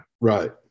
Right